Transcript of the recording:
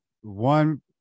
One